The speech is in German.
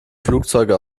flugzeuge